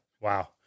Wow